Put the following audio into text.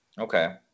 Okay